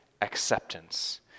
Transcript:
acceptance